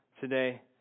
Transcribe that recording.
today